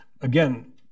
again